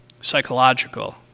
psychological